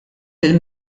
lill